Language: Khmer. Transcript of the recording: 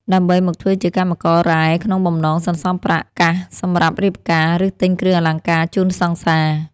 ដើម្បីមកធ្វើជាកម្មកររ៉ែក្នុងបំណងសន្សំប្រាក់កាសសម្រាប់រៀបការ ឬទិញគ្រឿងអលង្ការជូនសង្សារ។